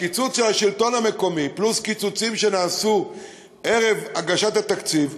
הקיצוץ בשלטון המקומי פלוס קיצוצים שנעשו ערב הגשת התקציב,